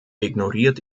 ignoriert